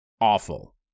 awful